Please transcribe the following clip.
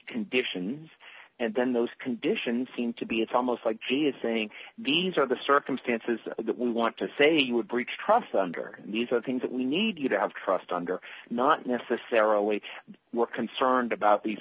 conditions and then those conditions seem to be it's almost like he is saying these are the circumstances that we want to say you would breach trust under needs i think that we need to have trust under not necessarily we're concerned about these